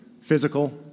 physical